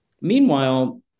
Meanwhile